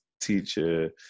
teacher